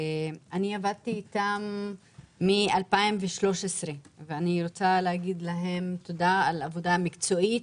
אני עבדתי איתם מ-2013 ואני רוצה להגיד להם תודה על עבודה מקצועית,